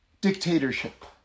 dictatorship